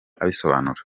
abisobanura